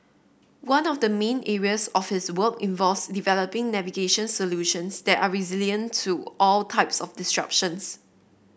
one of the main areas of his work involves developing navigation solutions that are resilient to all types of disruptions